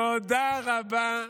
תודה רבה.